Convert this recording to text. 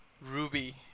Ruby